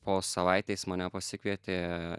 po savaitės mane pasikvietė